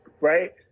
right